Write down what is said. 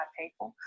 people